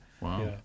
Wow